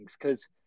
because-